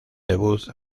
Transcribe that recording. debut